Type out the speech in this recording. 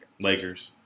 Lakers